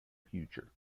future